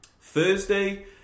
Thursday